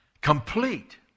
complete